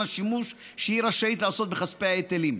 השימוש שהיא רשאית לעשות בכספי ההיטלים.